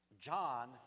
John